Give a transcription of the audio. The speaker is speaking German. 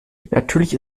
natürlich